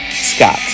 Scott